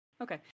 Okay